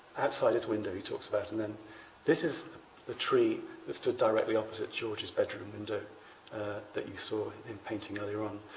outside his window, he talks about and then this is the tree that stood directly opposite george's bedroom window that he saw in painting earlier on.